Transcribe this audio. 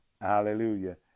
hallelujah